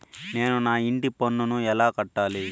నేను నా ఇంటి పన్నును ఎలా కట్టాలి?